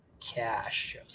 cash